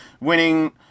winning